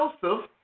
joseph